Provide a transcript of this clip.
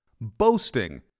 boasting